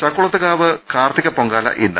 ചക്കുളത്ത്കാവ് കാർത്തിക പൊങ്കാല ഇന്ന്